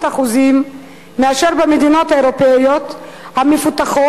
אחוזים יותר מאשר במדינות האירופיות המפותחות,